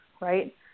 right